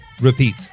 repeat